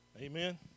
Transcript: Amen